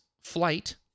flight